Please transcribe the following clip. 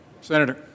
senator